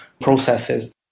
processes